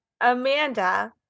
Amanda